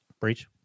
Breach